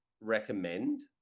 recommend